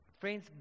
Friends